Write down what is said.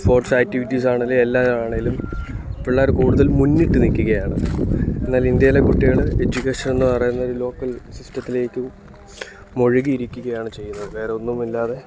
സ്പോർട്ട്സാക്റ്റിവിറ്റീസാണേലുമെല്ലാം ആണേലും പിള്ളാര് കൂടുതൽ മുന്നിട്ട് നില്ക്കുകയാണ് എന്നാലിന്ത്യയിലെ കുട്ടികള് എഡ്യൂക്കേഷനെന്ന് പറയുന്നൊരു ലോക്കൽ സിസ്റ്റത്തിലേക്ക് മുഴുകിയിരിക്കുകയാണ് ചെയ്യുന്നത് വേറൊന്നുമില്ലാതെ